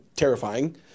terrifying